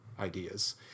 ideas